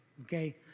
okay